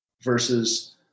versus